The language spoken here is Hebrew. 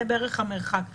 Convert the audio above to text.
זה בערך המרחק שהיה.